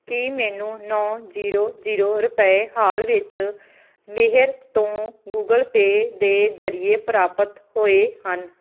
ਕੀ ਮੈਨੂੰ ਨੌਂ zero zero ਰੁਪਏ ਹਾਲ ਹੀ ਵਿੱਚ ਮੇਹਰ ਤੋਂ ਗੁਗਲ ਪੇ ਦੇ ਜ਼ਰੀਏ ਪ੍ਰਾਪਤ ਹੋਏ ਹਨ